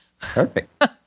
Perfect